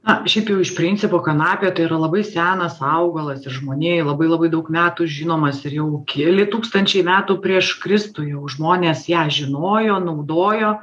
na šiaip jau iš principo kanapė tai yra labai senas augalas ir žmonijai labai labai daug metų žinomas ir jau keli tūkstančiai metų prieš kristų jau žmonės ją žinojo naudojo